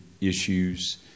issues